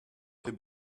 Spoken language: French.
fait